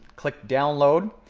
click download,